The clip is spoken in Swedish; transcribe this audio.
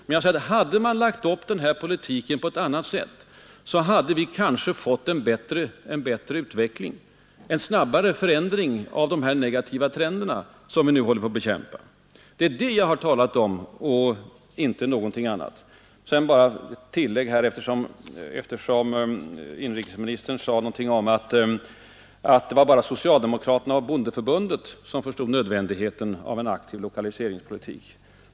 Men hade man lagt upp politiken på ett annat sätt än vad vi gjort, hade vi kanske fått en förändring av den negativa trend som vi nu håller på att bekämpa. Det är det jag har talat om och inte något annat. Sedan vill jag bara göra ett tillägg, eftersom inrikesministern gjorde gällande att det var bara socialdemokraterna och bondeförbundet som tidigt insett nödvändigheten av en aktiv lokaliseringspolitik.